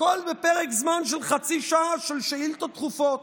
הכול בפרק זמן של חצי שעה של שאילתות דחופות,